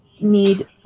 need